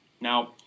Now